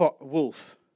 wolf